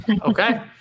okay